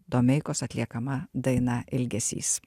domeikos atliekama daina ilgesys